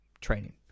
training